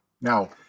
Now